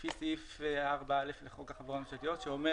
לפי סעיף 4.א לחוק החברות הממשלתיות שאומר